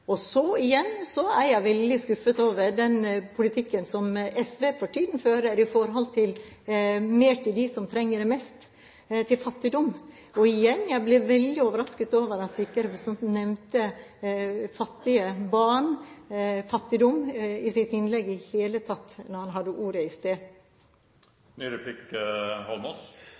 Så er jeg veldig skuffet over den politikken SV for tiden fører overfor dem som trenger det mest. Jeg ble veldig overrasket over at representanten ikke nevnte fattige barn eller fattigdom i sitt innlegg i det hele tatt da han hadde ordet i sted.